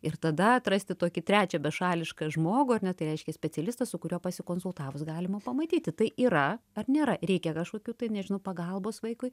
ir tada atrasti tokį trečią bešališką žmogų ar ne tai reiškia specialistą su kuriuo pasikonsultavus galima pamatyti tai yra ar nėra reikia kažkokių tai nežinau pagalbos vaikui